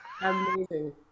Amazing